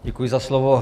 Děkuji za slovo.